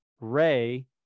Ray